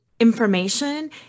information